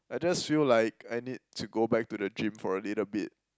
I just feel like I need to go back to the gym for a little bit